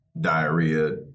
diarrhea